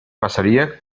passaria